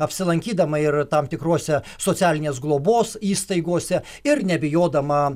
apsilankydama ir tam tikruose socialinės globos įstaigose ir nebijodama